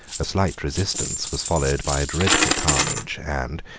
a slight resistance was followed by a dreadful carnage, and,